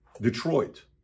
Detroit